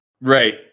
Right